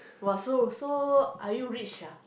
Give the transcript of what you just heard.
!wah! so so are you rich ah